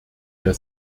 der